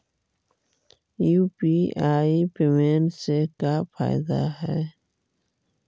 UPI payment से का फायदा है?